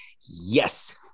Yes